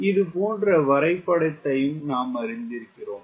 இது போன்ற வரைபடத்தையும் நாம் அறிந்திருக்கிறோம்